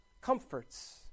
comforts